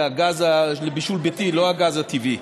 זה הגז לבישול ביתי לא הגז הטבעי.